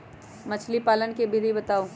मछली पालन के विधि बताऊँ?